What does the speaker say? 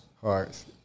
Hearts